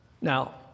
Now